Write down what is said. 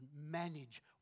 manage